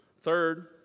Third